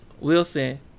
Wilson